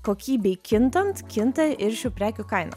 kokybei kintant kinta ir šių prekių kaina